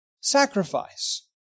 sacrifice